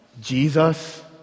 Jesus